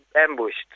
ambushed